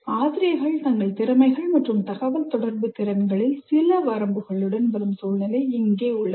ஆசிரியர்கள் தங்கள் திறமைகள் மற்றும் தகவல்தொடர்பு திறன்களில் சில வரம்புகளுடன் வரும் சூழ்நிலை இங்கே உள்ளது